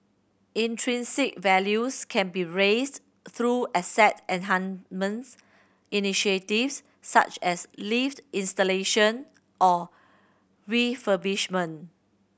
intrinsic values can be raised through asset enhancements initiatives such as lift installation or refurbishment